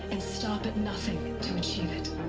and stop at nothing. to achieve it